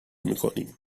میکنیم